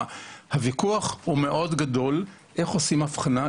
הוויכוח הוא מאוד גדול לגבי איך עושים אבחנה.